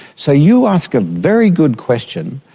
so you ask a very good question,